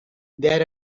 there